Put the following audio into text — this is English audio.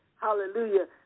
hallelujah